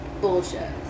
bullshit